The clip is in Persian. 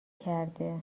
کرده